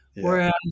Whereas